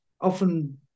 often